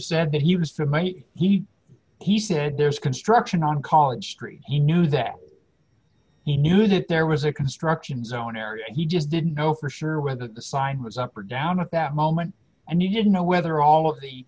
said that he was the minute he he said there's construction on college street he knew that he knew that there was a construction zone area and he just didn't know for sure whether the sign was up or down at that moment and you didn't know whether all